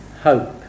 hope